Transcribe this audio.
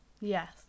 Yes